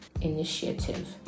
initiative